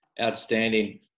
outstanding